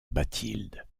bathilde